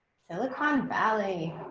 silicon valley.